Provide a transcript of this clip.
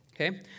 okay